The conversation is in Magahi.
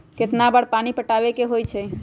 कितना बार पानी पटावे के होई छाई?